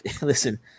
listen